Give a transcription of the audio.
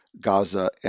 Gaza